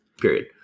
period